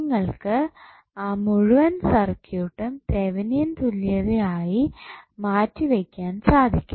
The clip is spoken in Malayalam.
നിങ്ങൾക്ക് അ മുഴുവൻ സർക്യൂട്ടും തെവനിയൻ തുല്യത ആയി മാറ്റിവയ്ക്കാൻ സാധിക്കും